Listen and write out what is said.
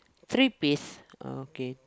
three piece okay